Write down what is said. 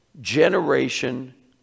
generation